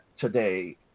today